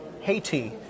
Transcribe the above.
Haiti